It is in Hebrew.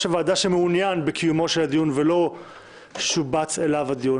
הוועדה שמעוניין בקיומו של הדיון ולא שובץ אליו הדיון,